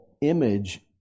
image